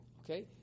Okay